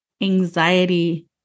anxiety